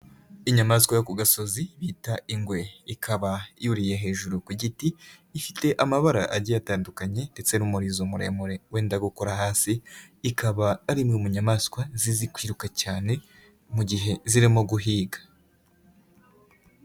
Inyamaswa yo ku gasozi bita ingwe, ikaba yuriye hejuru ku giti, ifite amabara agiye atandukanye ndetse n'umurizo muremure wenda gukora hasi, ikaba ari imwe mu nyamaswa zizi kwiruka cyane mu gihe zirimo guhiga.